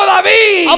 David